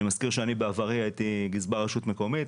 אני מזכיר שאני בעברי הייתי גזבר רשות מקומית,